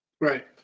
Right